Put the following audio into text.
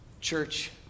Church